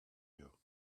you